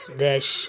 dash